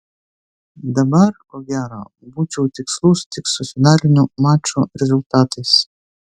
dabar ko gero būčiau tikslus tik su finalinių mačų rezultatais